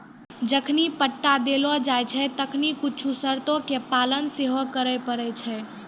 जखनि पट्टा देलो जाय छै तखनि कुछु शर्तो के पालन सेहो करै पड़ै छै